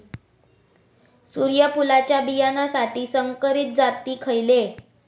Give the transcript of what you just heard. सूर्यफुलाच्या बियानासाठी संकरित जाती खयले?